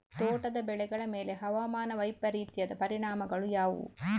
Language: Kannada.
ತೋಟದ ಬೆಳೆಗಳ ಮೇಲೆ ಹವಾಮಾನ ವೈಪರೀತ್ಯದ ಪರಿಣಾಮಗಳು ಯಾವುವು?